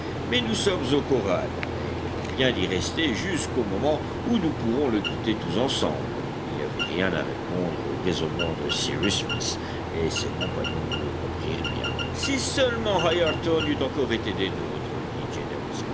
mais nous sommes au corral et il convient d'y rester jusqu'au moment où nous pourrons le quitter tous ensemble il n'y avait rien à répondre aux raisonnements de cyrus smith et ses compagnons le comprirent bien si seulement ayrton eût encore été des nôtres dit